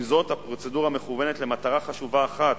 עם זאת, הפרוצדורה מכוונת למטרה חשובה אחת,